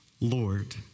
Lord